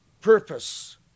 purpose